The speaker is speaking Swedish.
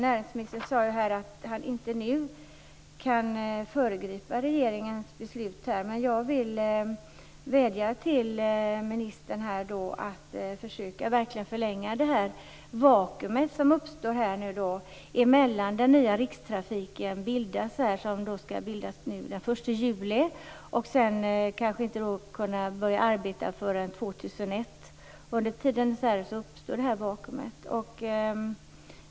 Näringsministern sade att han inte nu kan föregripa regeringens beslut, men jag vill vädja till ministern att försöka förlänga det vakuum som uppstår innan den nya Rikstrafiken kommer i gång. Den skall starta sin verksamhet den 1 juli och kanske inte kan börja arbeta förrän år 2001. Under tiden uppstår detta vakuum.